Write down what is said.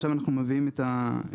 עכשיו אנחנו מביאים את הנוסח.